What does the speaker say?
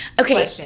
Okay